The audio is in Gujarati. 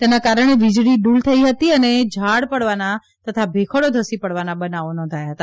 તેના કારણે વીજળી ડૂલ થઈ હતી અને ઝાડ પડવાના તથા ભેખડો ધસી પડવાના બનાવો નોંધાયા હતા